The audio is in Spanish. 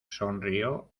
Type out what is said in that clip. sonrió